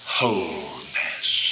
Wholeness